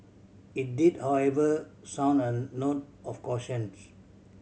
it did however sound a note of cautions